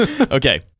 okay